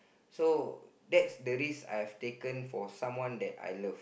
so that's the risk I've taken for someone that I love